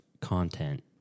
content